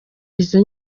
izo